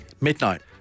Midnight